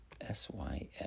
SYF